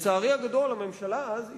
לצערי הגדול הממשלה אז התנגדה,